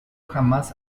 jamás